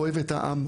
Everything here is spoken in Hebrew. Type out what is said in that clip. אוהבת העם,